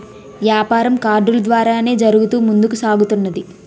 యాపారం కార్డులు ద్వారానే జరుగుతూ ముందుకు సాగుతున్నది